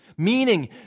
Meaning